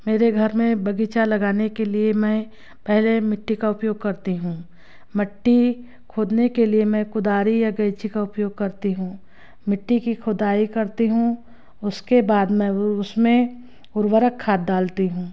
मेरे घर में बगीचा लगाने के लिए मैं पहले मिट्टी का उपयोग करती हूँ मिट्टी खोदने के लिए मैं कुदाल या कैंची का उपयोग करती हूँ मिट्टी की खुदाई करती हूँ उसके बाद मैं उसमें उर्वरक खाद डालती हूँ